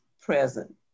present